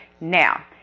now